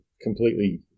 completely